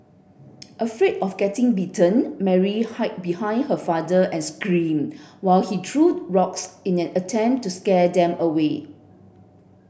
afraid of getting bitten Mary hid behind her father and scream while he threw rocks in an attempt to scare them away